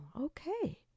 okay